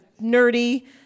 nerdy